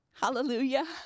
Hallelujah